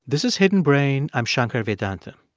this is hidden brain. i'm shankar vedantam.